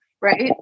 Right